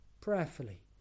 prayerfully